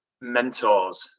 mentors